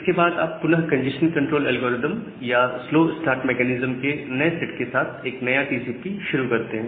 इसके बाद आप पुनः कंजेशन कंट्रोल एल्गोरिदम या स्लो स्टार्ट मेकैनिज्म के नए सेट के साथ एक नया टीसीपी शुरू करते हैं